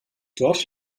dort